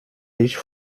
licht